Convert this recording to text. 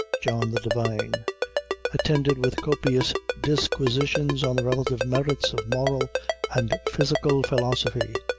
john the divine attended with copious disquisitions on the relative merits of moral and physical philosophy,